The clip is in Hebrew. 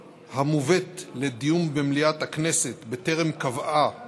מובאת הצעת חוק לדיון במליאת הכנסת בטרם קבעה